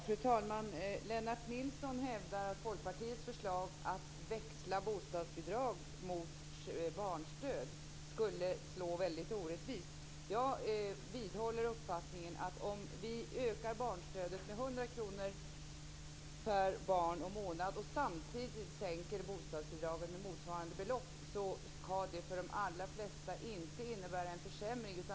Fru talman! Lennart Nilsson hävdar att Folkpartiets förslag att växla bostadsbidrag mot barnstöd skulle slå väldigt orättvist. Jag vidhåller uppfattningen att om vi ökar barnstödet med 100 kr per barn och månad och samtidigt sänker bostadsbidragen med motsvarande belopp ska detta för de allra flesta inte innebära en försämring.